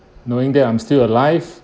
knowing that I'm still alive